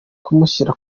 kumushyira